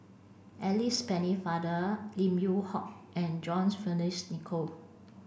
Alice Pennefather Lim Yew Hock and John Fearns Nicoll